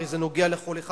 הרי זה נוגע לכל אחד.